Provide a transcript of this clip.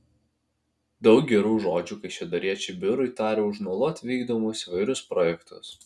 daug gerų žodžių kaišiadoriečiai biurui taria už nuolat vykdomus įvairius projektus